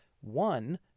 One